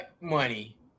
money